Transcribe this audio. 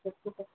biscuit